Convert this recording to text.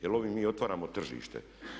Jer ovim mi otvaramo tržište.